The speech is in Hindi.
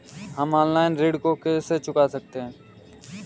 हम ऑनलाइन ऋण को कैसे चुकता कर सकते हैं?